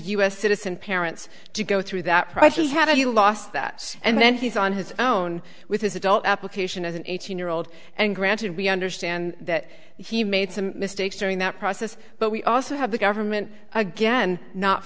us citizen parents to go through that project had you lost that and then he's on his own with his adult application as an eighteen year old and granted we understand that he made some mistakes during that process but we also have the government again not